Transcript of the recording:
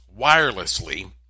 wirelessly